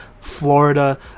Florida